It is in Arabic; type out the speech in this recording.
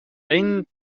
أنت